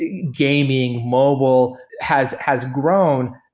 yeah gaming, mobile has has grown,